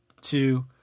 two